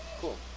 cool